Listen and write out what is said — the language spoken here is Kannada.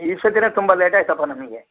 ಈ ಸರ್ತಿನೆ ತುಂಬ ಲೇಟ್ ಆಯ್ತಪ್ಪ ನಮಗೆ